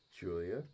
Julia